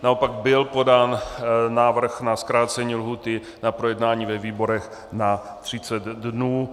Naopak byl podán návrh na zkrácení lhůty na projednání ve výborech na 30 dnů.